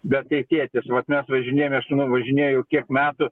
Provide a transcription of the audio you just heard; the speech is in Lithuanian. bet kai tėtis vat mes važinėjame važinėju jau kiek metų